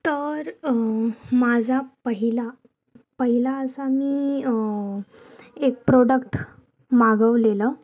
तर माझा पहिला पहिला असा मी एक प्रोडक्ट मागवलेलं